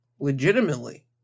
legitimately